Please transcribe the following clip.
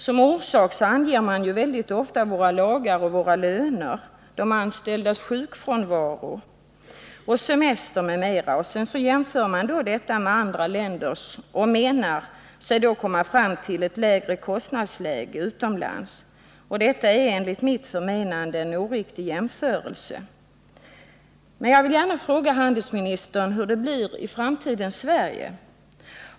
Som orsak anges mycket ofta våra lagar och våra löner, de anställdas sjukfrånvaro, semester m.m. Sedan jämför man med förhållandena i andra länder och menar sig komma fram till ett lägre kostnadsläge för utlandet. Detta är enligt mitt förmenande en oriktig jämförelse. Men jag vill gärna fråga handelsministern hur det blir i framtidens Sverige.